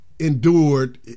endured